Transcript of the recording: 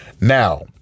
Now